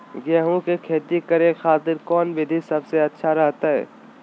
गेहूं के खेती करे खातिर कौन विधि सबसे अच्छा रहतय?